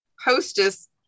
hostess